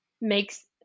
makes